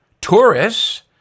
tourists